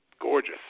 gorgeous